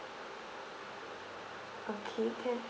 okay can